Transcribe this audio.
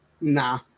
Nah